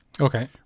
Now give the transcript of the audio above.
Okay